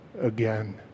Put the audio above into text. again